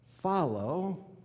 follow